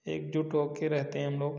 एकजुट होके रहते हैं हम लोग